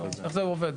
לא שם, לא פה.